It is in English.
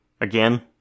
Again